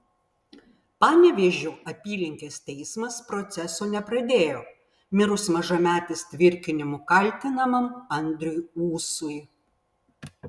panevėžio apylinkės teismas proceso nepradėjo mirus mažametės tvirkinimu kaltinamam andriui ūsui